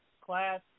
class